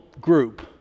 group